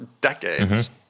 decades